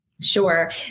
Sure